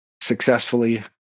successfully